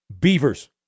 Beavers